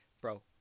Bro